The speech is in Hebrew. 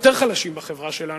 יותר חלשים בחברה שלנו.